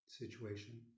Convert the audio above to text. situation